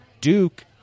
Duke